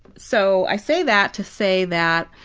so, i say that to say that